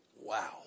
wow